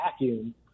vacuum